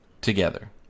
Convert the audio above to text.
together